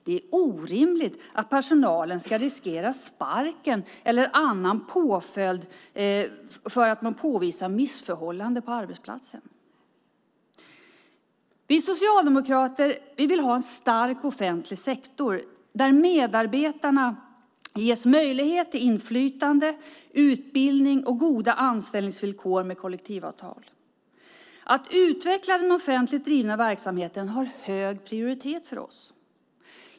Det är orimligt att personalen ska riskera att få sparken eller annan påföljd för att man påvisar missförhållanden på arbetsplatsen. Vi socialdemokrater vill ha en stark offentlig sektor där medarbetarna ges möjlighet till inflytande, utbildning och goda anställningsvillkor med kollektivavtal. Att utveckla den offentligt drivna verksamheten har hög prioritet för oss.